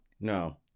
No